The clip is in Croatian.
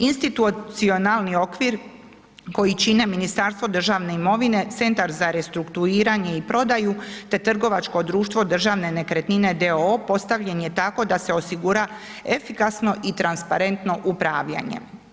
Institucionalni okvir koji čine Ministarstvo državne imovine, Centar za restrukturiranje i prodaju te trgovačko društvo Državne nekretnine d.o.o. postavljen je tako da se osigura efikasno i transparentno upravljanje.